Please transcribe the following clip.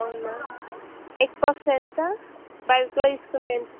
అవునా egg puffs ఎంత బల్క్లో తీసుకుంటే ఎంత